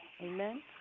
Amen